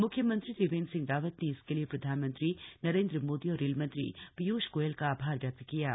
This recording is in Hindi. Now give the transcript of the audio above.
मुख्यमंत्री त्रिवेन्द्र सिंह रावत ने इसके लिए प्रधानमंत्री नरेन्द्र मोदी और रेल मंत्री पीयूष गोयल का आभार व्यक्त किया है